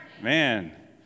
Man